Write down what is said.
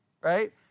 Right